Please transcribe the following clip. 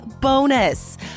bonus